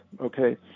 Okay